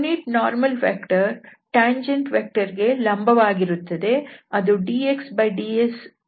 unit normal vector tangent vector ಗೆ ಲಂಬವಾಗಿರುತ್ತದೆ